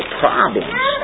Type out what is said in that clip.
problems